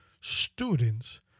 students